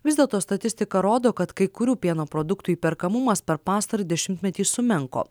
vis dėlto statistika rodo kad kai kurių pieno produktų įperkamumas per pastarąjį dešimtmetį sumenko